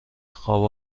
خواب